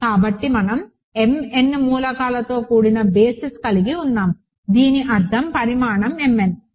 కాబట్టి మనం m n మూలకాలతో కూడిన బేసిస్ కలిగి ఉన్నాము దీని అర్థం పరిమాణం m n